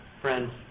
friends